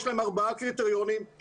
יש להם ארבעה קריטריונים,